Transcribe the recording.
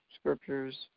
scriptures